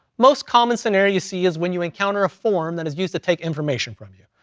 most common scenario you see is when you encounter a form that is used to take information from you,